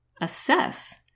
assess